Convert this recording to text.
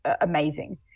amazing